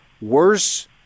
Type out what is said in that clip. worse